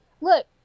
Look